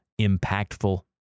impactful